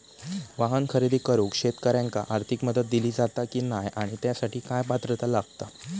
वाहन खरेदी करूक शेतकऱ्यांका आर्थिक मदत दिली जाता की नाय आणि त्यासाठी काय पात्रता लागता?